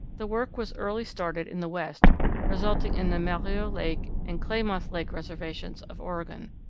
the work was early started in the west resulting in the malheur lake and klamath lake reservations of oregon.